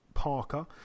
Parker